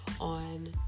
on